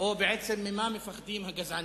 או בעצם ממה מפחדים הגזענים.